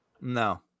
No